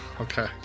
Okay